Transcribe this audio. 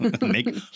Make